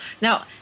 Now